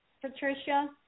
Patricia